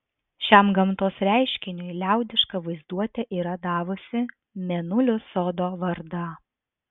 šiam gamtos reiškiniui liaudiška vaizduotė yra davusi mėnulio sodo vardą